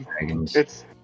it's-